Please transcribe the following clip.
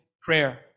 prayer